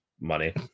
money